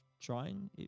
trying